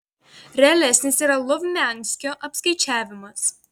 realesnis yra lovmianskio apskaičiavimas